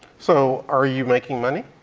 so are you making money?